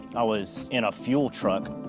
i was in a fuel truck,